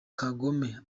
kagome